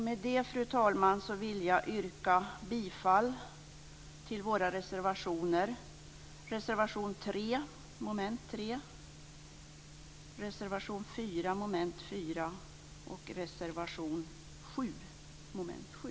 Med det, fru talman, vill jag yrka bifall till våra reservationer: reservation 3 under mom. 3, reservation 4 under mom. 4 och reservation 7 under mom. 7.